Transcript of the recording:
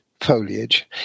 foliage